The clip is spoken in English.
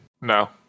No